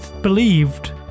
believed